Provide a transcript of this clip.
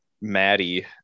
Maddie